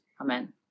Amen